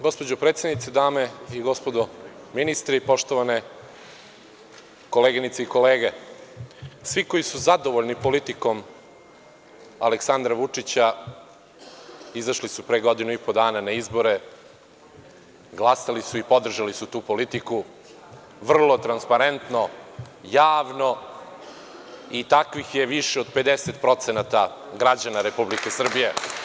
Gospođo predsednice, dame i gospodo ministri, poštovane koleginice i kolege, svi koji su zadovoljni politikom Aleksandra Vučića, izašli su pre godinu i po dana na izbore, glasali su i podržali su tu politiku, vrlo transparentno, javno i takvih je više od 50% građana Republike Srbije.